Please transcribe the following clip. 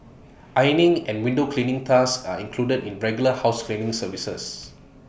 ironing and window cleaning tasks are included in regular house cleaning services